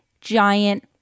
giant